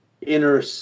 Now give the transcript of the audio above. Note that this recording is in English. inner